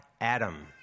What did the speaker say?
Adam